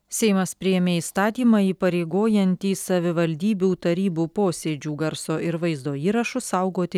seimas priėmė įstatymą įpareigojantį savivaldybių tarybų posėdžių garso ir vaizdo įrašus saugoti